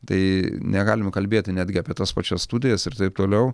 tai negalim kalbėti netgi apie tas pačias studijas ir taip toliau